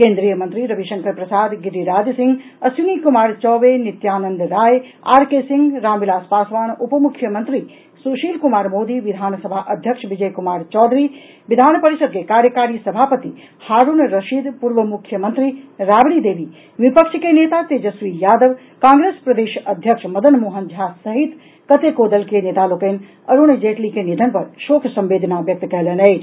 केंद्रीय मंत्री Ravishankar Prasad Giriraj Singh Ashwini Kumar Choubey Nityanand Rai R K Singh Ramvilas Paswan उप मुख्यमंत्री सुशील कुमार मोदी विधानसभा अध्यक्ष विजय कुमार चौधरी विधान परिषद के कार्यकारी सभापति हारूण रशीद पूर्व मुख्यमंत्री राबड़ी देवी विपक्ष के नेता तेजस्वी यादव कांग्रेस प्रदेश अध्यक्ष मदन मोहन झा सहित कतेको दल के नेता लोकनि अरूण जेटली के निधन पर शोक संवेदना व्यक्त कयलनि अछि